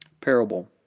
Parable